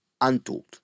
untold